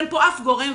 אין פה אף גורם.